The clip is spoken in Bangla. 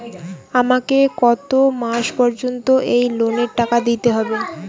আমাকে কত মাস পর্যন্ত এই লোনের টাকা দিতে হবে?